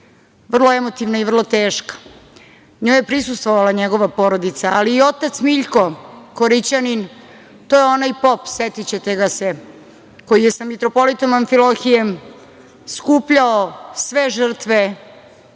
Vrlo emotivna i vrlo teška. NJoj je prisustvovala njegova porodica, ali i otac Miljko Korićanin, to je onaj pop, setićete ga se, koji je sa mitropolitom Amfilohijem skupljao sve žrtve